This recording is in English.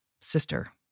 sister